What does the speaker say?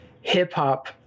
hip-hop